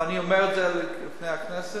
ואני אומר את זה לפני הכנסת,